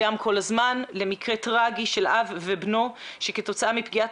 למקרה טרגי של אב ובנו כתוצאה מפגיעת